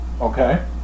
Okay